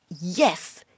yes